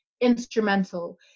instrumental